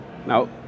Now